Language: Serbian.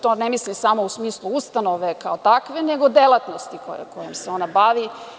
To ne mislim samo u smislu ustanove kao takve, nego delatnosti kojom se ona bavi.